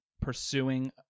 pursuing